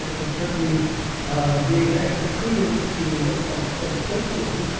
it certainly gave extra credence to what was called the steady state theory,